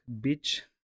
Beach